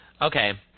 okay